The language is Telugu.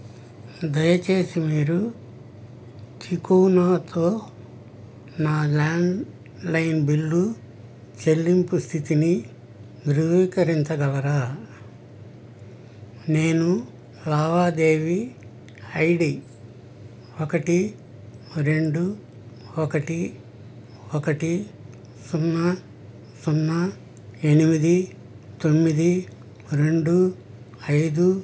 దయచేసి మీరు తికోనాతో నా ల్యాండ్లైన్ బిల్లు చెల్లింపు స్థితిని ధృవీకరించగలరా నేను లావాదేవీ ఐడీ ఒకటి రెండు ఒకటి ఒకటి సున్నా సున్నా ఎనిమిది తొమ్మిది రెండు ఐదు